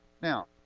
now